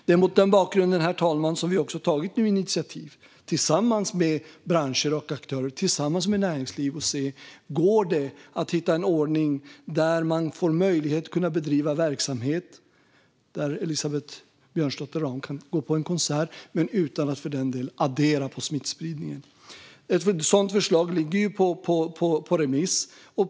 Det är mot den bakgrunden, herr talman, som vi tillsammans med branscher, aktörer och näringsliv har tagit initiativ till att se om det går att hitta en ordning där man får möjlighet att bedriva verksamhet, så att till exempel Elisabeth Björnsdotter Rahm kan gå på konsert, utan att för den delen addera till smittspridningen. Ett sådant förslag ligger på remiss.